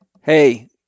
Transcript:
hey